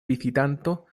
vizitanto